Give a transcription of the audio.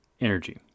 energy